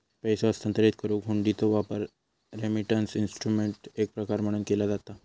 पैसो हस्तांतरित करुक हुंडीचो वापर रेमिटन्स इन्स्ट्रुमेंटचो एक प्रकार म्हणून केला जाता